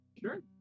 sure